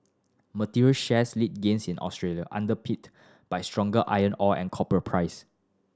materials shares lead gains in Australia underpinned by stronger iron ore and copper price